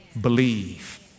Believe